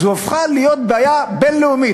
זו הפכה להיות בעיה בין-לאומית,